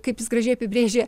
kaip jis gražiai apibrėžė